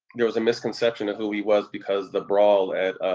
there was a misconception of who he was because the brawl at,